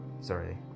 sorry